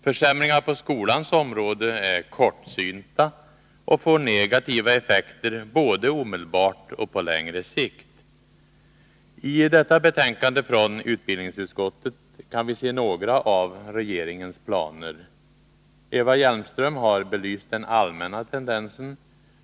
Försämringar på skolans område är kortsynta och får negativa effekter, både omedelbart och på längre sikt. I detta betänkande från utbildningsutskottet kan vi se några av regeringens planer. Eva Hjelmström har belyst den allmänna tendensen.